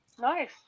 Nice